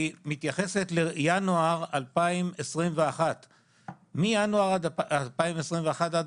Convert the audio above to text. היא מתייחסת לינואר 2021. מינואר 2021 עד